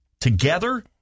together